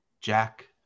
Jack